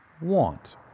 want